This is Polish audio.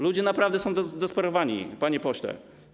Ludzie naprawdę są zdesperowani, panie pośle.